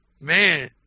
man